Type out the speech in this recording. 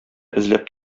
эзләп